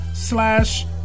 slash